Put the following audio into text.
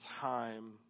time